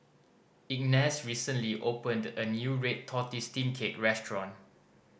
Ignatz recently opened a new red tortoise steamed cake restaurant